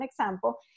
example